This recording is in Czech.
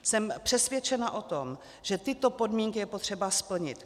Jsem přesvědčena o tom, že tyto podmínky je potřeba splnit.